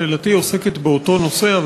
שאלתי עוסקת באותו נושא,